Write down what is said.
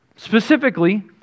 Specifically